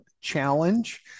challenge